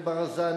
וברזני,